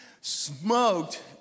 smoked